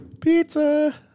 Pizza